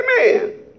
Amen